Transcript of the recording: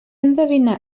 endevinar